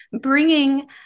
bringing